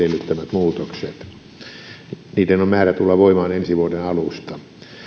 muutokset niiden on määrä tulla voiman ensi vuoden alusta